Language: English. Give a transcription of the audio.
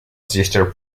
sister